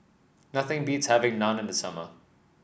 nothing beats having Naan in the summer